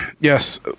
Yes